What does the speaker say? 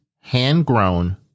hand-grown